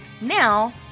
Now